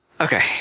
Okay